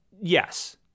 yes